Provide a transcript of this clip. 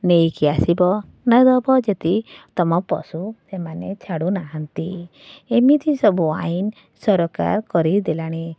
ନେଇକି ଆସିବ ନହବ ଯଦି ତୁମ ପଶୁ ସେମାନେ ଛାଡ଼ୁନାହାନ୍ତି ଏମିତି ସବୁ ଆଇନ୍ ସରକାର କରାଇ ଦେଲାଣି